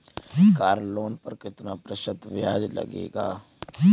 Car loan पर कितना प्रतिशत ब्याज लगेगा?